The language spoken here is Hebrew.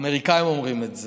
האמריקאים אומרים את זה,